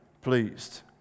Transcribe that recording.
pleased